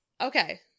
Okay